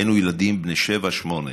היינו ילדים בני שבע-שמונה,